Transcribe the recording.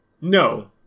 No